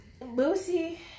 Lucy